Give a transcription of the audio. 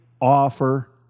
offer